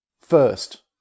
first